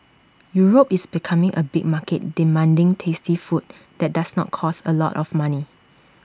Europe is becoming A big market demanding tasty food that does not cost A lot of money